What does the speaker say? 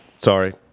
Sorry